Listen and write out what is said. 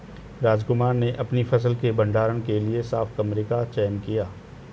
रामकुमार ने अपनी फसल के भंडारण के लिए साफ कमरे का चयन किया